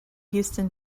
houston